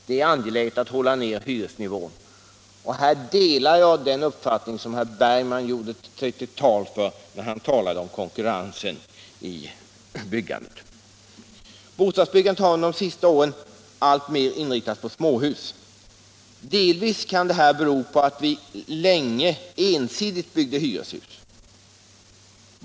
Det är angeläget att hålla nere hyresnivån. Här delar jag den uppfattning som herr Bergman gjorde sig till tolk för när han talade om konkurrensen i byggandet. Bostadsbyggandet har under de senaste åren alltmer inriktats på småhus. Delvis kan det bero på att vi länge ensidigt byggde hyreshus.